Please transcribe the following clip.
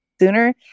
sooner